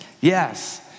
yes